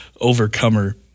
Overcomer